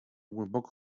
głęboko